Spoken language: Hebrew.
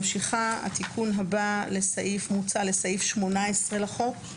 התיקון הבא מוצע לסעיף 18 לחוק.